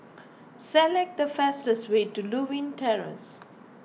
select the fastest way to Lewin Terrace